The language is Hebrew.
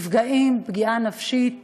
נפגעים פגיעה נפשית